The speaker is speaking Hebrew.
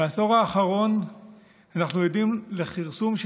בעשור האחרון אנחנו עדים לכרסום של